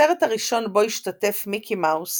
הסרט הראשון בו השתתף מיקי מאוס